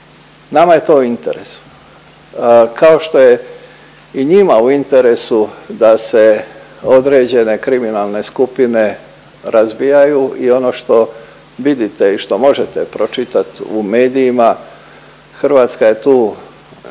Nama je to u interesu, kao što je i njima u interesu da se određene kriminalne skupine razbijaju i ono što vidite i što možete pročitat u medijima, Hrvatska je tu